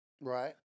Right